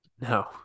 No